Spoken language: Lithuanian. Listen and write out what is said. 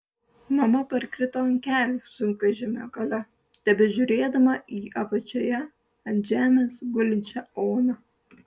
mama parkrito ant kelių sunkvežimio gale tebežiūrėdama į apačioje ant žemės gulinčią oną